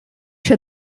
się